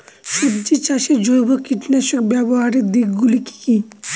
সবজি চাষে জৈব কীটনাশক ব্যাবহারের দিক গুলি কি কী?